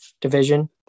division